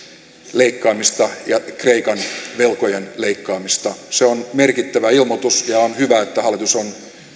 leikkaamista ja kreikan velkojen leikkaamista se on merkittävä ilmoitus ja on hyvä että hallitus on